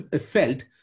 felt